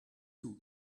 too